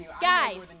guys